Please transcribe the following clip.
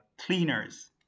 cleaners